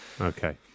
Okay